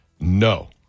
No